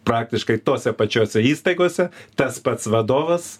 praktiškai tose pačiose įstaigose tas pats vadovas